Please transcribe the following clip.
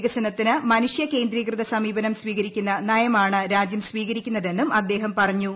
വികസനത്തിന് മനുഷ്യ കേന്ദ്രീകൃത സമീപനം സ്വീകരിക്കുന്ന നയമാണ് രാജ്യം സ്വീകരിക്കുന്നതെന്നും അദ്ദേഹം പറഞ്ഞു